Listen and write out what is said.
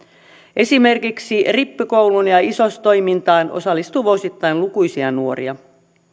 esimerkiksi rippikouluun ja isostoimintaan osallistuu vuosittain lukuisia nuoria